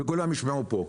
וכולם ישמעו פה,